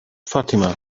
fatima